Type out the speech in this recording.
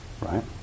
right